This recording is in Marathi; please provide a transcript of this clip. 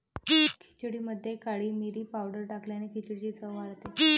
खिचडीमध्ये काळी मिरी पावडर टाकल्याने खिचडीची चव वाढते